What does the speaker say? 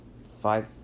five